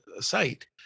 site